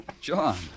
John